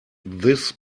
this